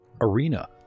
arena